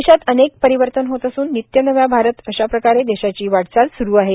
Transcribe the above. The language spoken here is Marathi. देशात अनेक परिवर्तन होत असून नित्य नया भारत अशा प्रकारे देशाची वाटचाल सुरू आहे